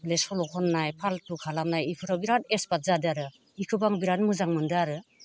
ओमफ्राय सल' खननाय फाल्टु खालामनाय इफोराव बिराद एक्सपार्ट जादो आरो इखोबा बिराद मोजां मोन्दो आरो